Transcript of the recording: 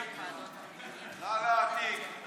תעתיקי.